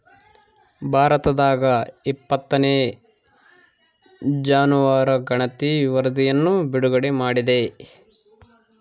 ಭಾರತದಾಗಇಪ್ಪತ್ತನೇ ಜಾನುವಾರು ಗಣತಿ ವರಧಿಯನ್ನು ಬಿಡುಗಡೆ ಮಾಡಿದೆ